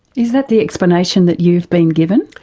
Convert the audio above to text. is that the explanation that you've been given?